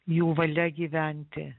jų valia gyventi